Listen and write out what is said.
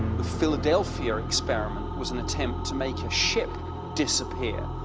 the philadelphia experiment was an attempt to make a ship disappear,